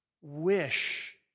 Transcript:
wish